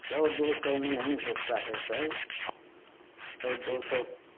सौ दो सौ में नहीं होता है सर सौ दो सौ